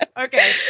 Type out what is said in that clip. Okay